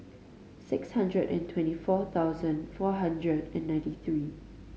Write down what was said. six hundred and twenty four thousand four hundred and ninety three